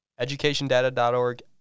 EducationData.org